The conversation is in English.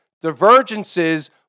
Divergences